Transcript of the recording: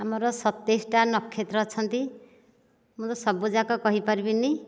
ଆମର ସତେଇଶଟା ନକ୍ଷତ୍ର ଅଛନ୍ତି ମୁଁ ସବୁଯାକ କହିପାରିବି ନାହିଁ